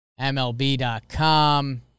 MLB.com